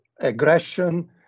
aggression